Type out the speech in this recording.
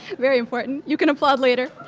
very important, you can applaud later.